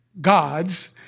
gods